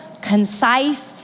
concise